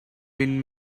been